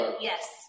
yes